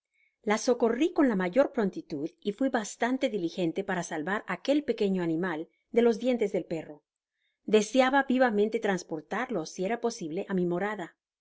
la socorri con la mayor prontitud y fui bastante diligente para salvar aquel pequeño animal delos dientes del perro deseaba vivamente trasportarlo si era posible á mi morada